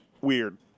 weird